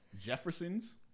Jefferson's